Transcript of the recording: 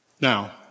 Now